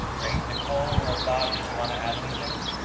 right. nicole or bob, did you want to add anything